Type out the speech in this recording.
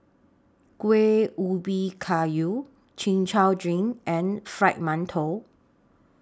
Kuih Ubi Kayu Chin Chow Drink and Fried mantou